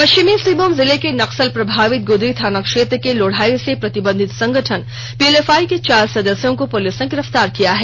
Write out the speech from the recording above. पश्चिमी सिंहभूम जिले के नक्सल प्रभावित गुदड़ी थाना क्षेत्र के लोढ़ाई से प्रतिबंधित संगठन पीएलएफआई के चार सदस्यों को पुलिस ने गिरफ्तार किया है